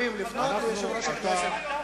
אתם יכולים לפנות ליושב-ראש הכנסת.